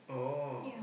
oh